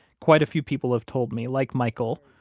quite a few people have told me, like michael,